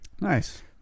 Nice